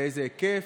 באיזה היקף?